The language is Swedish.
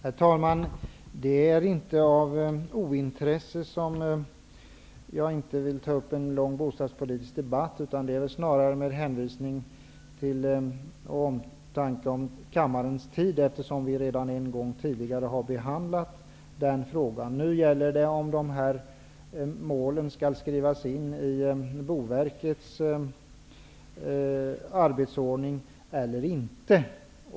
Herr talman! Det är inte av ointresse som jag inte vill ta upp en lång bostadspolitisk debatt, utan det är snarare av omtanke om kammarens tid, eftersom vi redan en gång tidigare har behandlat den frågan. Nu gäller det om dessa mål skall skrivas in i Boverkets arbetsordning eller inte.